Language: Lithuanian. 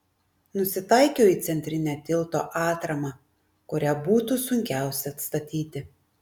nusitaikiau į centrinę tilto atramą kurią būtų sunkiausia atstatyti